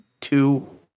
two